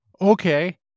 okay